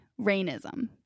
rainism